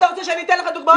אתה רוצה שאני אתן לך דוגמאות.